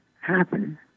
happen